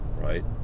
right